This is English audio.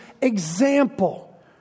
example